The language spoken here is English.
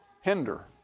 hinder